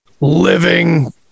living